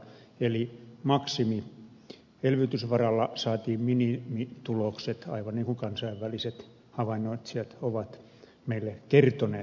eli maksimielvytysvaralla saatiin minimitulokset aivan niin kuin kansainväliset havainnoitsijat ovat meille kertoneet